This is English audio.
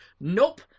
Nope